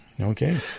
Okay